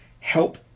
help